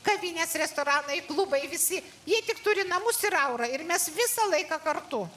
kavinės restoranai klubai visi jie turi namus ir aurą ir mes visą laiką kartu